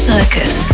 Circus